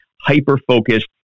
hyper-focused